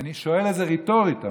לא טוענת.